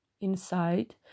Inside